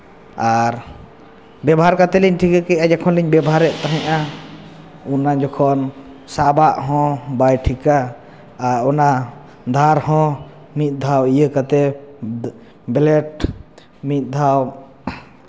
ᱟᱨ ᱵᱮᱵᱚᱦᱟᱨ ᱠᱟᱛᱮᱫ ᱞᱤᱧ ᱴᱷᱤᱠᱟᱹ ᱠᱮᱫᱼᱟ ᱡᱚᱠᱷᱚᱱ ᱞᱤᱧ ᱵᱮᱵᱚᱦᱟᱨᱮᱫ ᱛᱟᱦᱮᱸᱫᱼᱟ ᱚᱱᱟ ᱡᱚᱠᱷᱚᱱ ᱥᱟᱵ ᱟᱜ ᱦᱚᱸ ᱵᱟᱭ ᱴᱷᱤᱠᱟ ᱟᱨ ᱚᱱᱟ ᱫᱷᱟᱨ ᱦᱚᱸ ᱢᱤᱫ ᱫᱷᱟᱣ ᱤᱭᱟᱹ ᱠᱟᱛᱮᱫ ᱵᱞᱮᱰ ᱢᱤᱫ ᱫᱷᱟᱣ